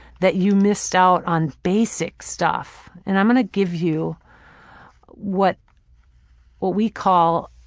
that you missed out on basic stuff. and i'm gonna give you what what we call